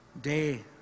Day